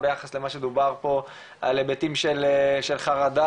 ביחס למה שדובר פה על היבטים של חרדה,